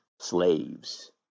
slaves